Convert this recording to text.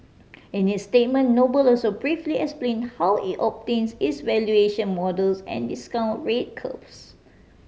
in its statement Noble also briefly explain how it obtains its valuation models and discount rate curves